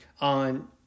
on